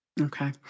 Okay